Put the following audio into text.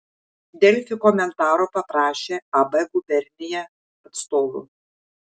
delfi komentaro paprašė ab gubernija atstovų